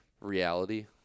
reality